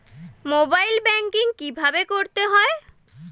Mobile banking কীভাবে করতে হয়?